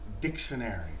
Dictionary